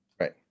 Right